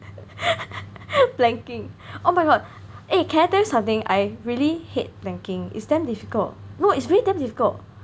planking oh my god eh can I tell you something I really hate planking it's damn difficult no it's really damn difficult